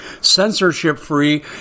censorship-free